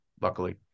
luckily